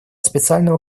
специального